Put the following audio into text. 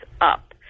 up